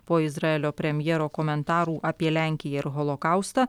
po izraelio premjero komentarų apie lenkiją ir holokaustą